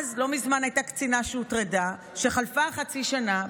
לא מזמן הייתה קצינה שהוטרדה שחלפה חצי השנה,